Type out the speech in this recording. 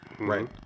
Right